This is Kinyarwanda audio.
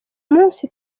munsi